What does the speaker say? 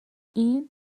این